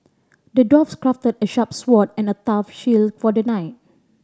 the dwarf crafted a sharp sword and a tough shield for the knight